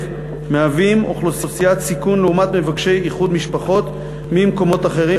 היא אוכלוסיית סיכון לעומת מבקשי איחוד משפחות ממקומות אחרים,